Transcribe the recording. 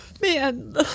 Man